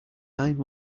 nine